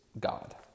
God